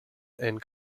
and